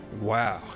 Wow